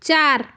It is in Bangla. চার